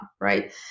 right